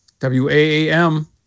W-A-A-M